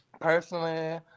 personally